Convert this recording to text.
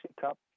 cup